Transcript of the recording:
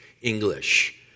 English